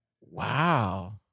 Wow